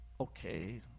okay